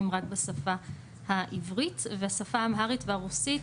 רק בשפה העברית והשפה האמהרית והרוסית,